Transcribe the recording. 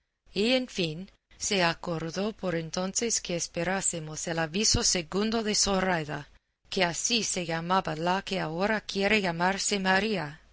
en fin se acordó por entonces que esperásemos el aviso segundo de zoraida que así se llamaba la que ahora quiere llamarse maría